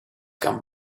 come